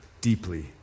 deeply